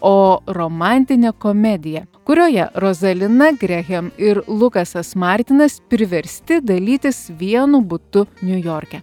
o romantinė komedija kurioje rozalina grehem ir lukasas martinas priversti dalytis vienu butu niujorke